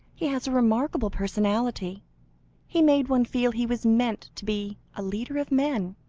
he has a remarkable personality he made one feel he was meant to be a leader of men.